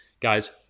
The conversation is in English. Guys